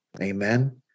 amen